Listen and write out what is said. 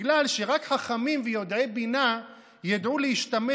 בגלל שרק חכמים ויודעי בינה ידעו להשתמש